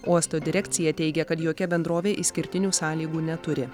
uosto direkcija teigia kad jokia bendrovė išskirtinių sąlygų neturi